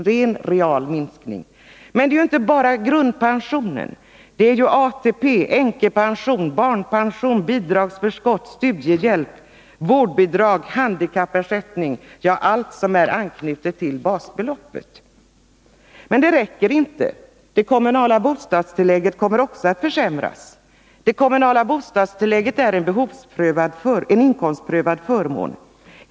Det gäller emellertid inte bara grundpensionen. Det gäller även ATP, änkepension, barnpension, bidragsförskott, studiehjälp, vårdbidrag, handikappersättning — ja, allt som är anknutet till basbeloppet. Men det räcker inte. Det kommunala bostadstillägget kommer också att försämras. Detta tillägg är en inkomstprövad förmån.